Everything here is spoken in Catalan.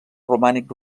romànic